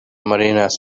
marinas